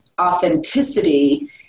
authenticity